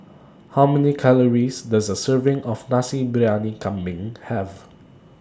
How Many Calories Does A Serving of Nasi Briyani Kambing Have